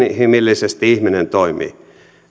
inhimillisesti ihminen toimii